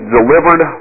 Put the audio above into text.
delivered